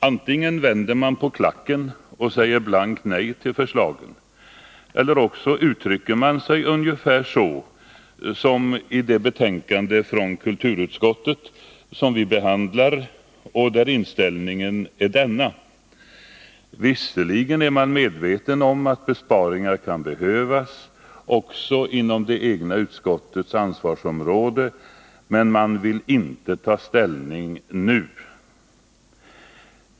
Antingen vänder socialdemokraterna på klacken och säger blankt nej till förslagen, eller också uttrycker de sig ungefär som i det betänkande från kulturutskottet som vi behandlar nu och där inställningen är denna: Visserligen är vi medvetna om att besparingar kan behövas också inom det egna utskottets ansvarsområde, men vi vill inte ta ställning nu.